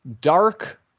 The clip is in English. dark